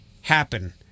happen